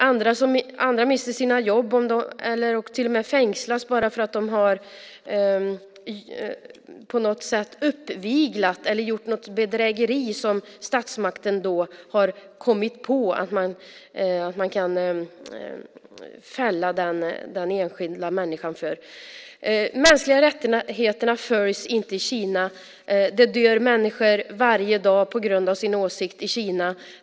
Andra mister sina jobb eller fängslas för att de har "uppviglat" eller gjort något "bedrägeri" som statsmakten har kommit på att man kan fälla den enskilda människan för. De mänskliga rättigheterna följs inte i Kina. Det dör människor varje dag på grund av sina åsikter.